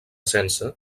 sense